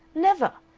never!